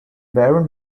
baron